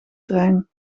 trein